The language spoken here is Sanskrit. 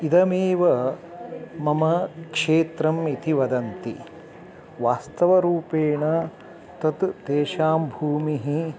इदमेव मम क्षेत्रम् इति वदन्ति वास्तवरूपेण तत् तेषां भूमिः